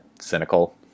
cynical